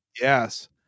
yes